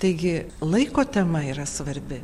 taigi laiko tema yra svarbi